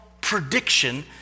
prediction